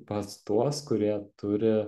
pas tuos kurie turi